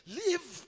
live